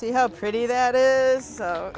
see how pretty that is